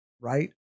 right